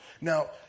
Now